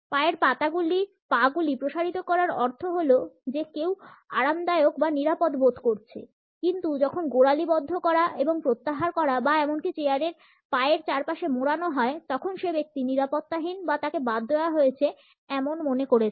পায়ের পাতাগুলি পা গুলি প্রসারিত করার অর্থ হল যে কেউ আরামদায়ক বা নিরাপদ বোধ করছে কিন্তু যখন গোড়ালি বদ্ধ করা এবং প্রত্যাহার করা বা এমনকি চেয়ারের পায়ের চারপাশে মোড়ানো হয় তখন সে ব্যক্তি নিরাপত্তাহীন বা তাকে বাদ দেওয়া হয়েছে এমন মনে করছে